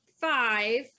five